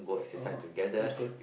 oh that's good